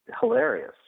hilarious